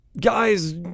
guys